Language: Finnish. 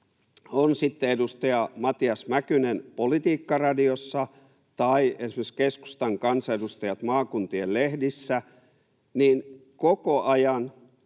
On sitten edustaja Matias Mäkynen Politiikkaradiossa tai esimerkiksi keskustan kansanedustajat maakuntien lehdissä, niin koko ajan